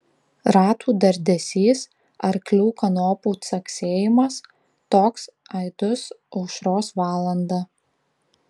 ratų dardesys arklių kanopų caksėjimas toks aidus aušros valandą